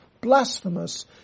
blasphemous